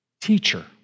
Teacher